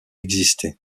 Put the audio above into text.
existé